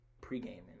pre-gaming